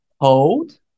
hold